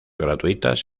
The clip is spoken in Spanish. gratuitas